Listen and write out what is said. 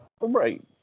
right